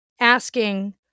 asking